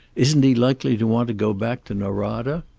isn't he likely to want to go back to norada?